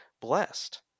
blessed